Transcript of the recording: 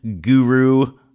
guru